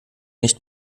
nicht